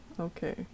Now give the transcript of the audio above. okay